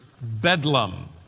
bedlam